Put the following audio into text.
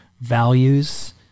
values